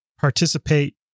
participate